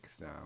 now